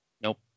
Nope